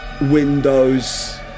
windows